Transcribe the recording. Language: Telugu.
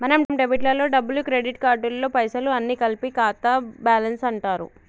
మన డెబిట్ లలో డబ్బులు క్రెడిట్ కార్డులలో పైసలు అన్ని కలిపి ఖాతా బ్యాలెన్స్ అంటారు